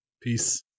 Peace